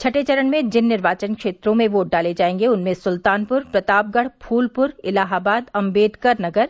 छठे चरण में जिन निर्वाचन क्षेत्रों में वोट डाले जायेंगे उनमें सुल्तानपुर प्रतापगढ़ फूलपुर इलाहाबाद अम्बेडकर नगर